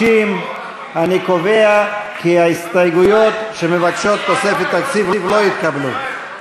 60. אני קובע כי ההסתייגויות שמבקשות תוספת תקציב לא התקבלו.